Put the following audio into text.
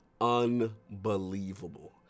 unbelievable